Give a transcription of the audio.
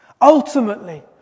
Ultimately